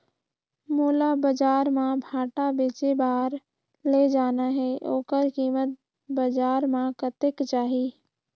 मोला बजार मां भांटा बेचे बार ले जाना हे ओकर कीमत बजार मां कतेक जाही?